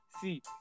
See